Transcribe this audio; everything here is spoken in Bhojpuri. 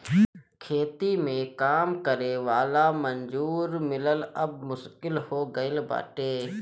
खेती में काम करे वाला मजूर मिलल अब मुश्किल हो गईल बाटे